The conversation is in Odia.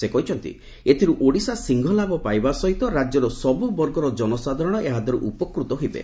ସେ କହିଛନ୍ତି ଏଥିରୁ ଓଡ଼ିଶା ସିଂହଭାଗ ଲାଭ ପାଇବା ସହିତ ରାଜ୍ୟର ସବୁବର୍ଗର ଜନସାଧାରଣ ଏହା ଦ୍ୱାରା ଉପକୃତ ହେବେ